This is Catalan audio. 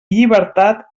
llibertat